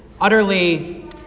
utterly